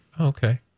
Okay